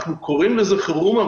אנחנו קוראים לזה חירום,